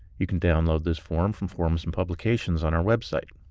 you can download this form from forms and publications on our website.